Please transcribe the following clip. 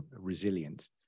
resilient